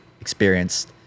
experienced